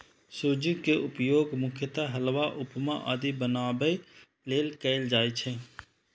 सूजी के उपयोग मुख्यतः हलवा, उपमा आदि बनाबै लेल कैल जाइ छै